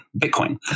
Bitcoin